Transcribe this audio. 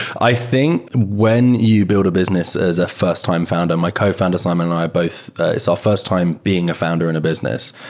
i think when you build a business as a first time founder, my cofounder simon and i both it's our first time being a founder in a business.